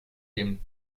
dem